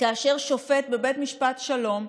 כאשר שופט בבית משפט שלום,